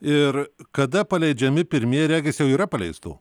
ir kada paleidžiami pirmieji regis jau yra paleistų